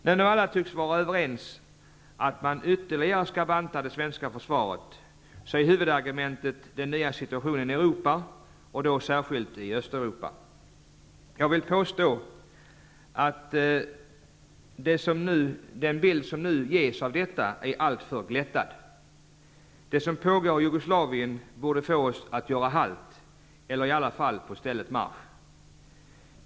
När nu alla tycks vara överens om att ytterligare banta det svenska försvaret är huvudargumentet den nya situationen i Europa, och särskilt i Östeuropa. Jag vill påstå att den bild som nu ges av detta är alltför glättad. Det som pågår i Jugoslavien borde få oss att göra halt eller åtminstone på stället marsch.